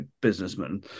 businessman